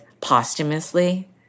posthumously